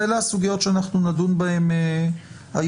אלה הסוגיות שאנחנו נדון בהן היום.